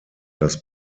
das